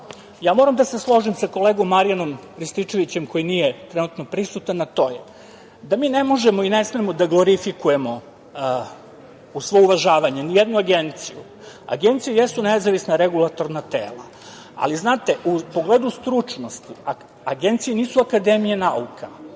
ja moram da se složim sa kolegom Marijanom Rističevićem, koji nije trenutno prisutan, a to je da mi ne možemo i ne smemo da glorifikujemo, uz svo uvažavanje, nijednu agenciju. Agencije jesu nezavisna regulatorna tela, ali znate, u pogledu stručnosti, agencije nisu akademije nauka.